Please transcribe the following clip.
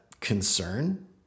concern